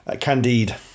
Candide